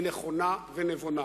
היא נכונה ונבונה.